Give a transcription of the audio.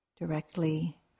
directly